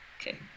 Okay